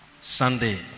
Sunday